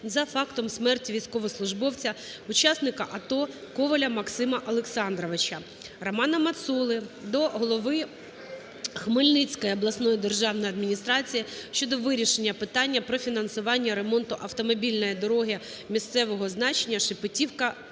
за фактом смерті військовослужбовця учасника АТО – Коваля Максима Олександровича. Романа Мацоли до голови Хмельницької обласної державної адміністрації щодо вирішення питання про фінансування ремонту автомобільної дороги місцевого значення Шепетівка-Пліщин.